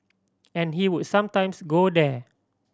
and he would sometimes go there